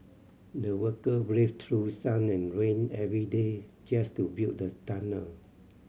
the worker braved through sun and rain every day just to build the tunnel